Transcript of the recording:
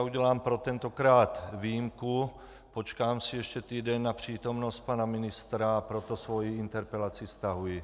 Udělám protentokrát výjimku, počkám si ještě týden na přítomnost pana ministra, a proto svoji interpelaci stahuji.